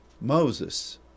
Moses